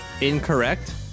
Incorrect